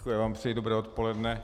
Já vám přeji dobré odpoledne.